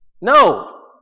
No